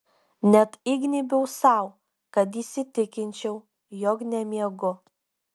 net įgnybiau sau kad įsitikinčiau jog nemiegu